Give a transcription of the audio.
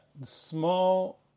small